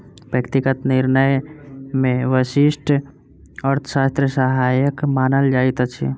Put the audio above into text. व्यक्तिगत निर्णय मे व्यष्टि अर्थशास्त्र सहायक मानल जाइत अछि